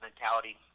mentality